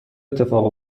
اتفاق